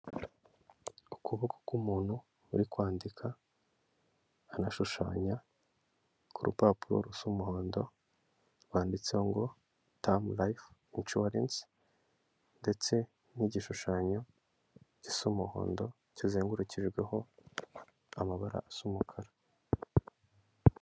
Ukuboko k'umuntu urikwandika anashushanya ku rupapuro rusa umuhondo rwanditseho ngo: "tamu rayifu ishuwarese" ndetse n'igishushanyo gisa umuhondo kizengurukijweho amabara asa umukara.